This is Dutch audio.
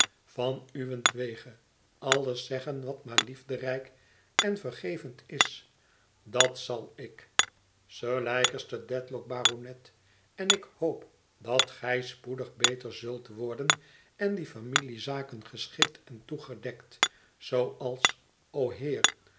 van uwentwege alles zeggen wat maar liefderijk en vergevend is dat zal ik sir leicester dedlock baronet en ik hoop dat gij spoedig beter zult worden en die familiezaken geschikt en toegedekt zooals o heer